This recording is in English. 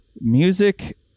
music